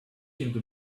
into